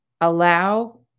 allow